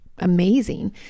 amazing